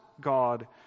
God